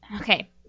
okay